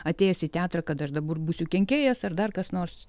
atėjęs į teatrą kad aš dabar būsiu kenkėjas ar dar kas nors